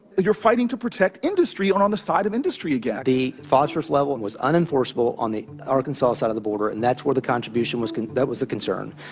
you're fighting to protect industry and on the side of industry again the phosphorus level and was unenforceable on the arkansas side of the border, and that's where the contribution was that was the concern.